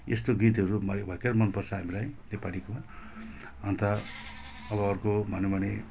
यस्तो गीतहरू भरे भयङ्कर मनपर्छ हामीलाई नेपालीकोमा अन्त अब अर्को भनौँ भने